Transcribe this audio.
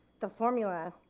the formula,